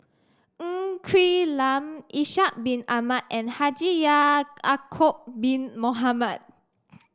Ng Quee Lam Ishak Bin Ahmad and Haji Ya'acob Bin Mohamed